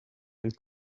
and